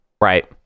Right